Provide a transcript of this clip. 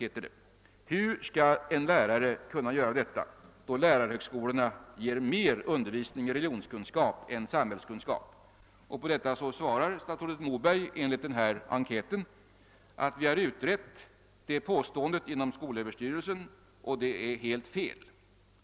Hur skall en lärare kunna göra detta då lärarhögskolorna ger mer undervisning i religionskunskap än samhällskunskap?» På detta svarar statsrådet Moberg enligt denna intervju: »Vi har utrett det påståendet inom Sö och det är helt fel.